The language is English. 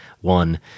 one